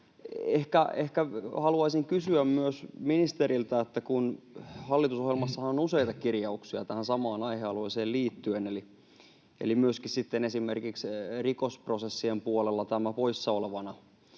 haluaisin kysyä myös ministeriltä, että kun hallitusohjelmassahan on useita kirjauksia tähän samaan aihealueeseen liittyen, eli myöskin sitten esimerkiksi rikosprosessien puolella tämän poissaolevana